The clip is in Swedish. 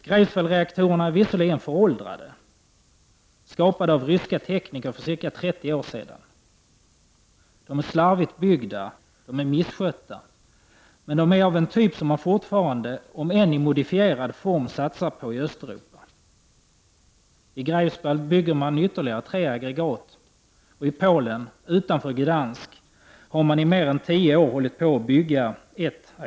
Greifswaldsreaktorerna är visserligen föråldrade, skapade av ryska tekniker för ca 30 år sedan, slarvigt byggda och misskötta, men de är av en typ som man fortfarande, om än i modifierad form, satsar på i Östeuropa. I Greifswald bygger man ytterligare tre aggregat och i Polen, utanför Gdansk, har man i tio år hållit på att bygga.